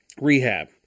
rehab